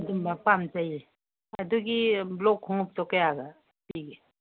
ꯑꯗꯨꯝꯕ ꯄꯥꯝꯖꯩꯌꯦ ꯑꯗꯨꯒꯤ ꯕ꯭ꯂꯣꯛ ꯈꯣꯡꯎꯞꯇꯣ ꯀꯌꯥꯒ ꯄꯤꯒꯦ